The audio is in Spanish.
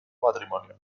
matrimonio